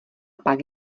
pak